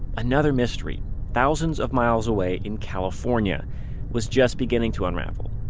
another mystery thousands of miles away in california was just beginning to unravel.